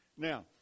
Now